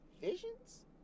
visions